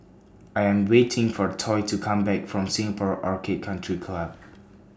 I Am waiting For Toy to Come Back from Singapore Orchid Country Club